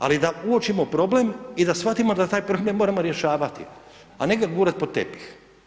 Ali da uočimo problem i da shvatimo da taj problem moramo rješavati a ne ga gurati pod tepih.